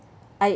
I